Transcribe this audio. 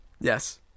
Yes